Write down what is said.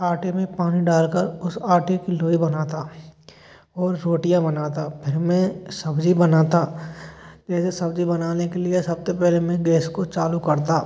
आटे में पानी डाल कर उस आटे कि लोई बनाता और रोटियाँ बनाता फिर मैं सब्ज़ी बनाता जैसे सब्ज़ी बनाने के लिए सबसे पहले मैं गैस को चालू करता